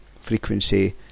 frequency